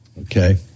Okay